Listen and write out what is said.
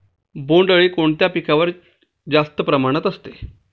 बोंडअळी कोणत्या पिकावर जास्त प्रमाणात असते?